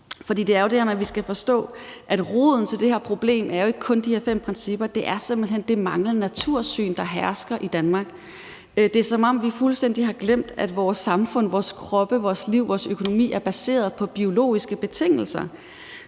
bæredygtig natur. For vi skal jo forstå, at roden til det her problem ikke kun er de her fem principper, men at det simpelt hen også er det manglende natursyn, der hersker i Danmark. Det er, som om vi fuldstændig har glemt, at vores samfund, vores kroppe, vores liv og vores økonomi er baseret på biologiske betingelser,